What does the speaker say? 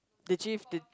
the gif the